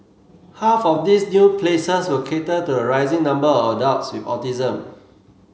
half of these new places will cater to the rising number of adults with autism